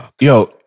Yo